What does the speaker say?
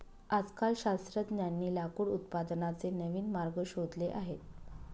आजकाल शास्त्रज्ञांनी लाकूड उत्पादनाचे नवीन मार्ग शोधले आहेत